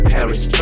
Paris